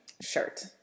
shirt